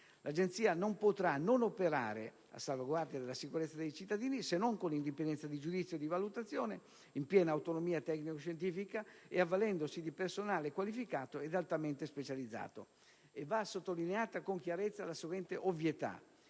L'Agenzia non potrà non operare a salvaguardia della sicurezza dei cittadini, se non con indipendenza di giudizio e di valutazione, in piena autonomia tecnico-scientifica e avvalendosi di personale qualificato ed altamente specializzato. E va sottolineata con chiarezza la seguente ovvietà: